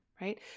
right